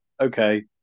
Okay